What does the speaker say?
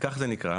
כך זה נקרא.